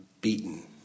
beaten